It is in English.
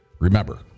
Remember